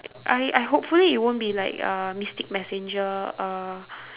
I I hopefully it won't be like uh mystic-messenger uh